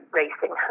racing